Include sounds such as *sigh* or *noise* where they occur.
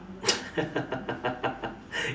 *laughs*